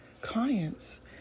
clients